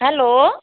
hello